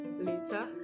Later